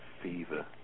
fever